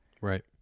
right